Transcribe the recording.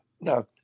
Now